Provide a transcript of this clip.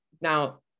Now